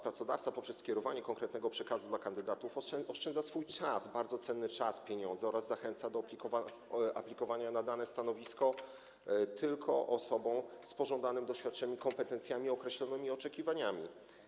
Pracodawca poprzez skierowanie konkretnego przekazu do kandydatów oszczędza swój czas, bardzo cenny czas, pieniądze oraz zachęca do aplikowania na dane stanowisko tylko osoby z pożądanym doświadczeniem, kompetencjami i określonymi oczekiwaniami.